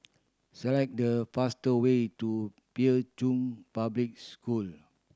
select the faster way to Pei Chun Public School